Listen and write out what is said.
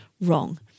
wrong